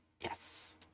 Yes